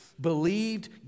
believed